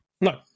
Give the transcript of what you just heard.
No